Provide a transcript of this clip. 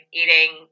eating